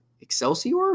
Excelsior